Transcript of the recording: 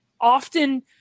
often